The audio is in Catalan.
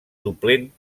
suplent